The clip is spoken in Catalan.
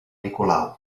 nicolau